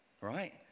right